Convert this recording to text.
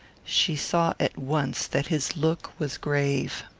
she saw at once that his look was grave.